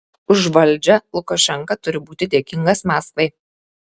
už valdžią lukašenka turi būti dėkingas maskvai